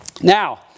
Now